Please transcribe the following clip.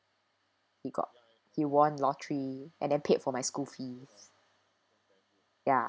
he got he won lottery and then paid for my school fees ya